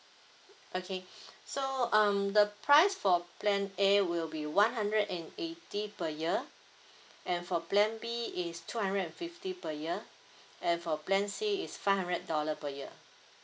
okay so um the price for plan A would be one hundred and eighty per year and for plan B is two hundred and fifty per year and for plan C is five hundred dollar per year